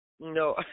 No